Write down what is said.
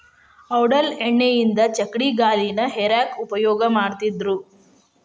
ಔಡಲ ಎಣ್ಣಿಯಿಂದ ಚಕ್ಕಡಿಗಾಲಿನ ಹೇರ್ಯಾಕ್ ಉಪಯೋಗ ಮಾಡತ್ತಿದ್ರು